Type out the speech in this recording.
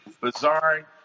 bizarre